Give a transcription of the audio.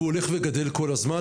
והוא הולך וגדל כל הזמן,